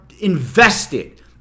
invested